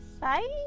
Bye